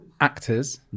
Actors